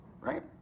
right